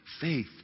faith